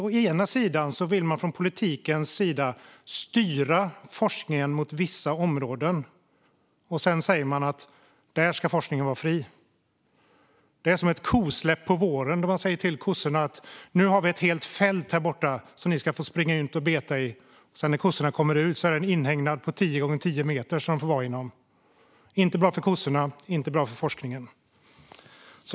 Å ena sidan vill man från politikens sida styra forskningen mot vissa områden, och sedan säger man att där ska forskningen vara fri. Det är som ett kosläpp på våren där man säger till kossorna att det finns ett helt fält som ni ska få springa ut och beta i, men när kossorna sedan kommer ut är det en inhägnad på tio gånger tio meter som de får vara inom. Det är inte bra för kossorna, och det är inte bra för forskningen.